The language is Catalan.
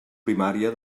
primària